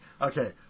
Okay